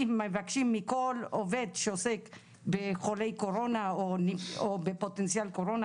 מבקשים מכל עובד שעוסק בחולי קורונה או בפוטנציאל קורונה,